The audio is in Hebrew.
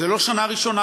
זו לא שנה ראשונה,